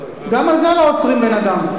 גם על זה לא עוצרים בן-אדם.